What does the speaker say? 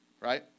right